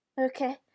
Okay